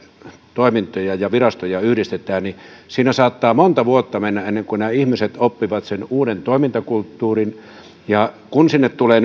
toimintoja ja virastoja yhdistetään niin siinä saattaa mennä monta vuotta ennen kuin ihmiset oppivat sen uuden toimintakulttuurin kun sinne tulee